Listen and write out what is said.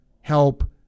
help